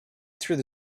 through